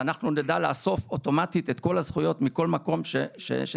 ואנחנו נדע לאסוף אוטומטית את כל הזכויות מכל מקום שנמצא,